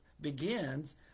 begins